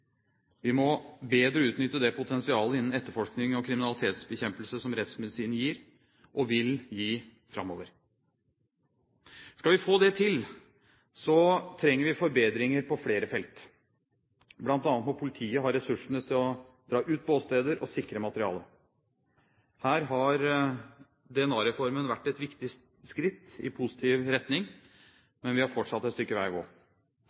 Vi må bedre utnytte det potensialet innen etterforskning og kriminalitetsbekjempelse som rettsmedisinen gir, og vil gi framover. Skal vi få det til, trenger vi forbedringer på flere felt. Blant annet må politiet ha ressursene til å dra ut på åsteder og sikre materiale. Her har DNA-reformen vært et viktig skritt i positiv retning, men vi har fortsatt et stykke vei å gå.